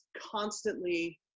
constantly